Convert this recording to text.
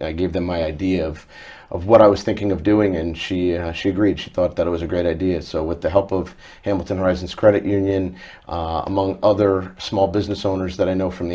i give them my idea of of what i was thinking of doing and she she agreed she thought that it was a great idea so with the help of hamilton horizons credit union among other small business owners that i know from the